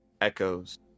Echoes